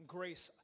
Grace